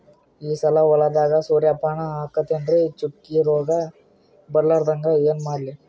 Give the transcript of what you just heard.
ಈ ಸಲ ಹೊಲದಾಗ ಸೂರ್ಯಪಾನ ಹಾಕತಿನರಿ, ಚುಕ್ಕಿ ರೋಗ ಬರಲಾರದಂಗ ಏನ ಮಾಡ್ಲಿ?